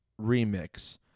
remix